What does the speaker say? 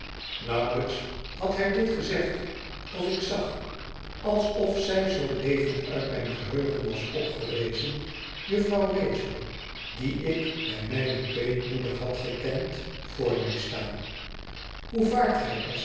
nauwelijks had hij dit gezegd of ik zag alsof zij zoo levend uit mijn geheugen was opgerezen jufvrouw rachel die ik bij mijne peetmoederhad gekend voor mij staan hoe vaart gij